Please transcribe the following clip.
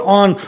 on